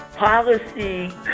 Policy